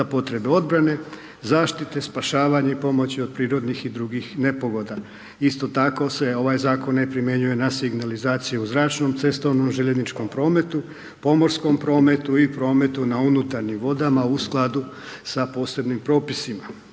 potrebe obrane, zaštite, spašavanje, pomoći od prirodnih i drugih nepogoda. Isto tako se ovaj zakon ne primjenjuje na signalizaciju u zračnom, cestovnom, željezničkom prometu, pomorskom prometu i prometu na unutarnjim vodama u skladu s posebnim propisima.